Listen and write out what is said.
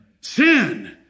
Sin